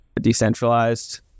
decentralized